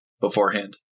beforehand